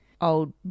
old